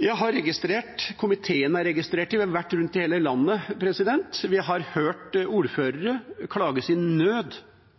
Jeg har registrert, komiteen har registrert – vi har vært rundt i hele landet og hørt – ordførere klage sin nød